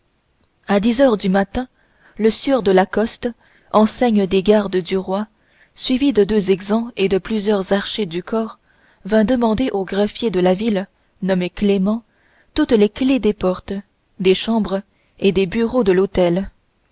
à dix heures du matin le sieur de la coste enseigne des gardes du roi suivi de deux exempts et de plusieurs archers du corps vint demander au greffier de la ville nommé clément toutes les clefs des portes des chambres et bureaux de l'hôtel